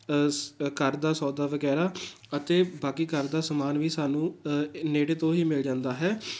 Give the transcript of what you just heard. ਸ ਘਰ ਦਾ ਸੌਦਾ ਵਗੈਰਾ ਅਤੇ ਬਾਕੀ ਘਰ ਦਾ ਸਮਾਨ ਵੀ ਸਾਨੂੰ ਨੇੜੇ ਤੋਂ ਹੀ ਮਿਲ ਜਾਂਦਾ ਹੈ